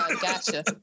Gotcha